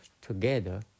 together